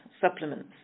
supplements